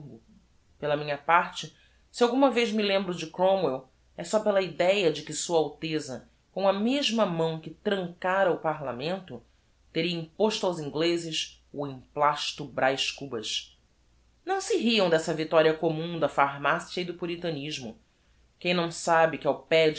pela minha parte se alguma vez me lembro de cromwell é só pela idéa de que sua alteza com a mesma mão que trancara o parlamento teria imposto aos inglezes o emplasto braz cubas não se riam dessa victoria commum da pharmacia e do puritanismo quem não sabe que ao pé